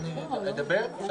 אדוני